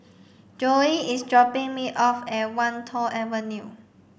Zoey is dropping me off at Wan Tho Avenue